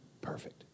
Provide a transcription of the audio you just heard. perfect